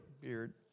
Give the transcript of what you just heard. beard